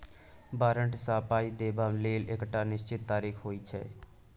बारंट सँ पाइ देबा लेल एकटा निश्चित तारीख होइ छै